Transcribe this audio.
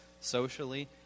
socially